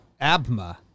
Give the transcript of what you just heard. Abma